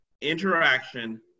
interaction